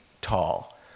tall